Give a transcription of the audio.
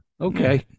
Okay